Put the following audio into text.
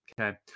Okay